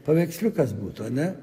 paveiksliukas būtų ane